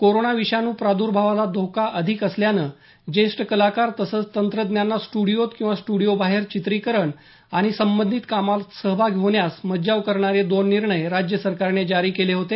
corona विषाणू प्रादर्भावाचा धोका अधिक असल्यानं ज्येष्ठ कलाकार तसंच तंत्रज्ञांना स्टडिओत किंवा स्टडिओबाहेर चित्रीकरण आणि संबंधित कामात सहभागी होण्यास मज्जाव करणारे दोन निर्णय राज्य सरकारने जारी केले होते